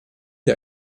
der